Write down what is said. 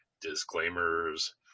disclaimers